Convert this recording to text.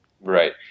Right